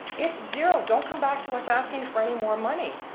it's zero, don't come back to us asking for anymore money.